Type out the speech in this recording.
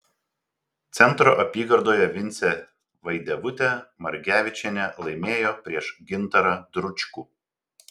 centro apygardoje vincė vaidevutė margevičienė laimėjo prieš gintarą dručkų